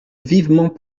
vivement